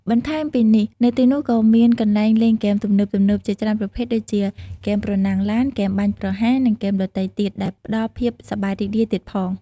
បន្ថែមពីនេះ នៅទីនោះក៏មានកន្លែងលេងហ្គេមទំនើបៗជាច្រើនប្រភេទដូចជា ហ្គេមប្រណាំងឡាន ហ្គេមបាញ់ប្រហារ និងហ្គេមដទៃទៀត ដែលផ្ដល់ភាពសប្បាយរីករាយទៀតផង។